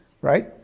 right